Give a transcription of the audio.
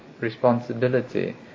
responsibility